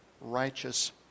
righteous